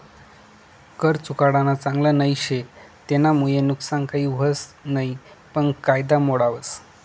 कर चुकाडानं चांगल नई शे, तेनामुये नुकसान काही व्हस नयी पन कायदा मोडावस